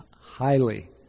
highly